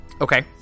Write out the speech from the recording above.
Okay